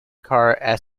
car